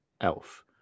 elf